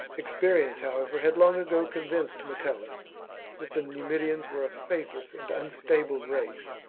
experience, however, had long ago convinced metel lus that the numidians were a faithless and unstable race,